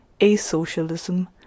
A-Socialism